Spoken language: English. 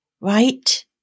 right